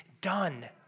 done